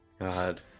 God